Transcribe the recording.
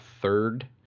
third